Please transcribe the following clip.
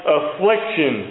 affliction